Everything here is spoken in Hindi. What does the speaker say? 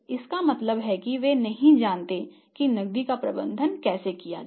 इसका मतलब है कि वे नहीं जानते कि नकदी का प्रबंधन कैसे किया जाए